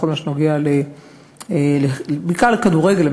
בכל מה שנוגע בעיקר לכדורגל,